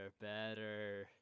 better